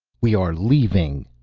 we are leaving,